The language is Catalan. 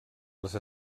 les